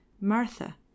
Martha